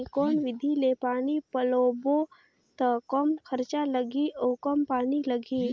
कौन विधि ले पानी पलोबो त कम खरचा लगही अउ कम पानी लगही?